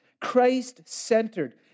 Christ-centered